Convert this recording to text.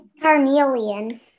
Carnelian